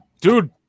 dude